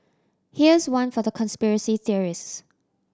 here's one for the conspiracy theorists